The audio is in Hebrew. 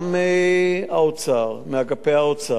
גם בהסתדרות, גם בשלטון המקומי,